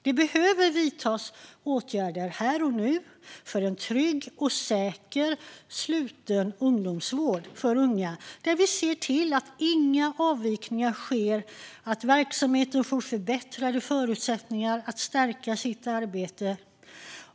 Det behöver vidtas åtgärder här och nu för en trygg och säker sluten ungdomsvård, där vi ser till att inga avvikningar sker och att verksamheten får förbättrade förutsättningar att stärka sitt arbete.